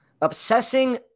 Obsessing